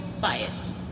bias